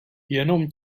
jenom